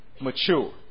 mature